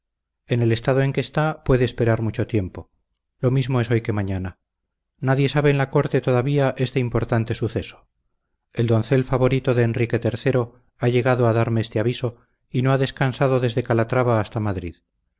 en el estado en que está puede esperar mucho tiempo lo mismo es hoy que mañana nadie sabe en la corte todavía este importante suceso el doncel favorito de enrique iii ha llegado a darme este aviso y no ha descansado desde calatrava hasta madrid